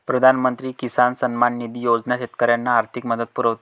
प्रधानमंत्री किसान सन्मान निधी योजना शेतकऱ्यांना आर्थिक मदत पुरवते